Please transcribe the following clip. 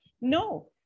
No